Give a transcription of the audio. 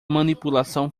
manipulação